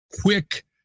quick